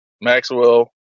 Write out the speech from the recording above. Maxwell